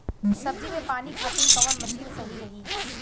सब्जी में पानी खातिन कवन मशीन सही रही?